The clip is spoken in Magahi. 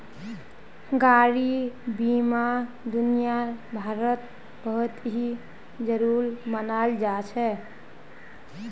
गाडी बीमा दुनियाभरत बहुत ही जरूरी मनाल जा छे